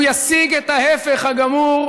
הוא ישיג את ההפך הגמור.